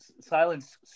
silence